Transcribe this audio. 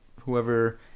Whoever